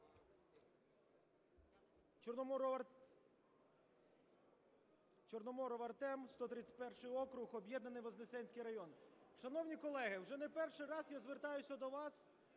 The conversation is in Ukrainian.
Чорноморов Артем, 131 округ, об'єднаний Вознесенський район. Шановні колеги, вже не перший раз я звертаюся до вас